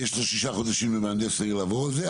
יש לו ששה חודשים למהנדס העיר לעבור על זה,